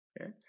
okay